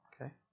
Okay